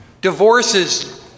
divorces